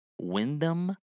Wyndham